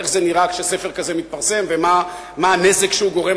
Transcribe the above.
איך זה נראה כשספר כזה מתפרסם ומה הנזק שהוא גורם,